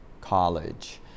college